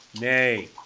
Nay